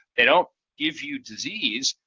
they don't give you disease,